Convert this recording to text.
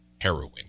heroin